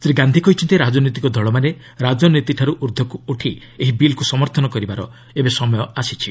ଶ୍ରୀ ଗାନ୍ଧି କହିଛନ୍ତି ରାଜନୈତିକ ଦଳମାନେ ରାଜନୀତିଠାରୁ ଉର୍ଦ୍ଧକୁ ଉଠି ଏହି ବିଲ୍କୁ ସମର୍ଥନ କରିବାର ସମୟ ଆସିଛି